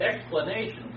explanation